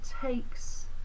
takes